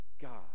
God